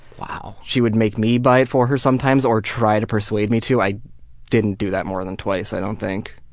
she would make me buy it for her sometimes, or try to persuade me to. i didn't do that more than twice i don't think.